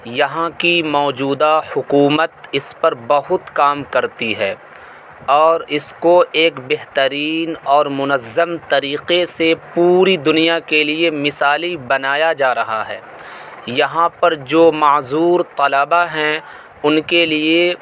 یہاں کی موجودہ حکومت اس پر بہت کام کرتی ہے اور اس کو ایک بہترین اور منظم طریقے سے پوری دنیا کے لیے مثالی بنایا جا رہا ہے یہاں پر جو معزور طلبا ہیں ان کے لیے